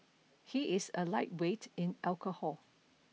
he is a lightweight in alcohol